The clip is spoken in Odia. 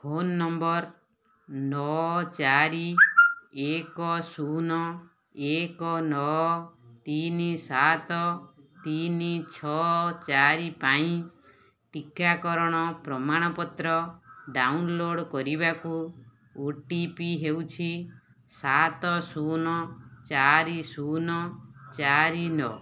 ଫୋନ୍ ନମ୍ବର୍ ନଅ ଚାରି ଏକ ଶୂନ ଏକ ନଅ ତିନି ସାତ ତିନି ଛଅ ଚାରି ପାଇଁ ଟିକାକରଣ ପ୍ରମାଣପତ୍ର ଡାଉନ୍ଲୋଡ଼୍ କରିବାକୁ ଓ ଟି ପି ହେଉଛି ସାତ ଶୂନ ଚାରି ଶୁନ ଚାରି ନଅ